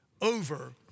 over